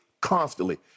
constantly